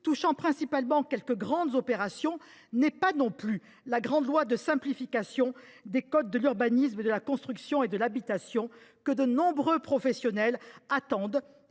touchant principalement quelques grandes opérations n’est pas non plus la grande loi de simplification des codes de l’urbanisme ou de la construction et de l’habitation que de nombreux professionnels attendent